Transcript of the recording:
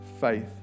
faith